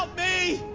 me.